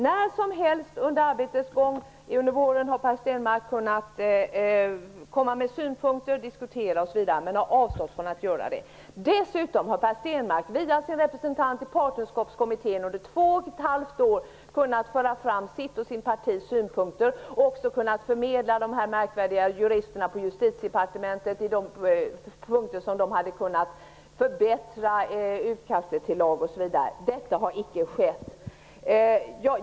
När som helst under arbetets gång under våren har Per Stenmarck haft möjlighet att komma med synpunkter, diskutera osv. Men han har avstått från att göra det. Dessutom har Per Stenmarck, via sin representant i Partnerskapskommittén, under två och ett halvt år haft möjlighet att föra fram sina och sitt partis synpunkter samt också till de märkvärdiga juristerna i Justitiedepartementet förmedla de punkter som de hade kunnat använda för att förbättra utkastet till lag osv. Detta har icke skett.